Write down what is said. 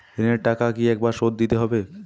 ঋণের টাকা কি একবার শোধ দিতে হবে?